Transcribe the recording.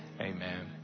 Amen